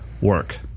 work